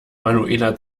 manuela